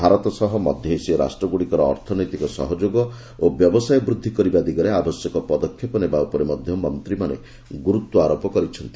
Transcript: ଭାରତ ସହ ମଧ୍ୟଏସୀୟ ରାଷ୍ଟ୍ରଗୁଡ଼ିକର ଅର୍ଥନୈତିକ ସହଯୋଗ ଓ ବ୍ୟବସାୟ ବୃଦ୍ଧି କରିବା ଦିଗରେ ଆବଶ୍ୟକ ପଦକ୍ଷେପ ନେବା ଉପରେ ମଧ୍ୟ ମନ୍ତ୍ରୀମାନେ ଗୁରୁତ୍ୱ ଆରୋପ କରିଛନ୍ତି